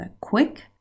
quick